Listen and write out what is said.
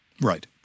Right